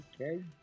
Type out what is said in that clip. Okay